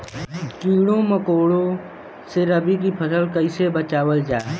कीड़ों मकोड़ों से रबी की फसल के कइसे बचावल जा?